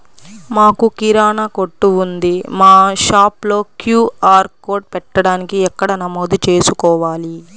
మాకు కిరాణా కొట్టు ఉంది మా షాప్లో క్యూ.ఆర్ కోడ్ పెట్టడానికి ఎక్కడ నమోదు చేసుకోవాలీ?